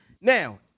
Now